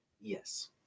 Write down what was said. Yes